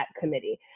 committee